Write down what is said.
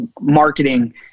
marketing